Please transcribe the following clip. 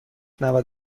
نود